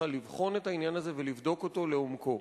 לבחון את העניין הזה ולבדוק אותו לעומקו.